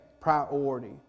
priority